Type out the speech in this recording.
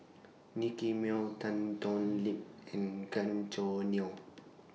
Nicky Moey Tan Thoon Lip and Gan Choo Neo